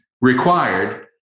required